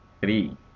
Three